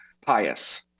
pious